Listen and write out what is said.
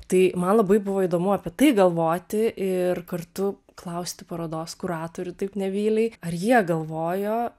tai man labai buvo įdomu apie tai galvoti ir kartu klausti parodos kuratorių taip nebyliai ar jie galvojo